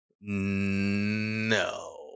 No